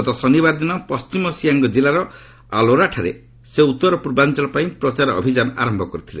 ଗତ ଶନିବାର ଦିନ ପଣ୍ଢିମ ସିଆଙ୍ଗ୍ କିଲ୍ଲାର ଆଲୋଠାରେ ସେ ଉତ୍ତର ପୂର୍ବାଞ୍ଚଳ ପାଇଁ ପ୍ରଚାର ଅଭିଯାନ ଆରମ୍ଭ କରିଥିଲେ